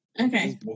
Okay